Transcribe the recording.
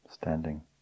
standing